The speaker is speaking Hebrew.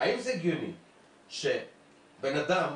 האם זה הגיוני שבן אדם,